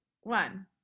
one